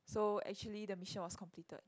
so actually the mission was completed